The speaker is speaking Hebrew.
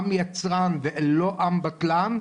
עם יצרן ולא עם בטלן,